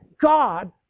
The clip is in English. God